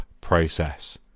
process